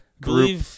group